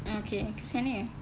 oh okay kesiannya